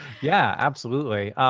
yeah, absolutely.